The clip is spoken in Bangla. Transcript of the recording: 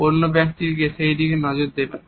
অন্য ব্যক্তিটি সেই দিকে নজর দেবেন